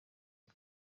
bwe